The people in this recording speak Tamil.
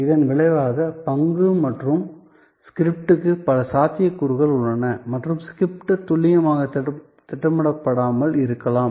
இதன் விளைவாக பங்கு மற்றும் ஸ்கிரிப்டுக்கு பல சாத்தியக்கூறுகள் உள்ளன மற்றும் ஸ்கிரிப்ட் துல்லியமாகத் திட்டமிடப்படாமல் இருக்கலாம்